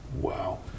Wow